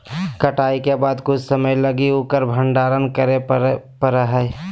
कटाई के बाद कुछ समय लगी उकर भंडारण करे परैय हइ